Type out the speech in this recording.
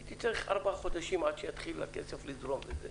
הייתי צריך ארבעה חודשים עד שיתחיל הכסף לזרום.